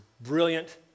brilliant